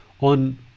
On